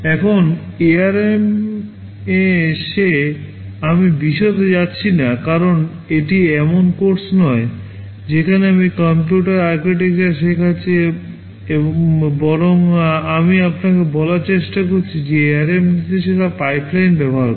এখন ARM এ এসে আমি বিশদে যাচ্ছি না কারণ এটি এমন কোর্স নয় যেখানে আমি কম্পিউটার আর্কিটেকচার শেখাচ্ছি বরং আমি আপনাকে বলার চেষ্টা করছি যে ARM নির্দেশিকা পাইপলাইন ব্যবহার করে